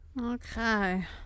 Okay